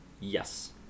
yes